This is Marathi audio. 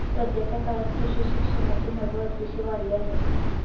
सध्याच्या काळात कृषी शिक्षणाचे महत्त्व अतिशय वाढले आहे